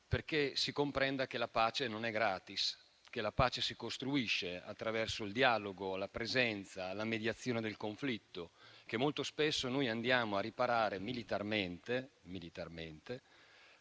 affinché si comprenda che la pace non è gratis, ma si costruisce attraverso il dialogo, la presenza, la mediazione nel conflitto. Molto spesso noi andiamo a riparare militarmente situazioni